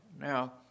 Now